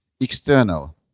external